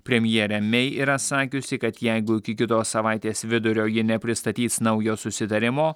premjerė mei yra sakiusi kad jeigu iki kitos savaitės vidurio jie nepristatys naujo susitarimo